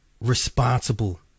Responsible